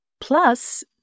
Plus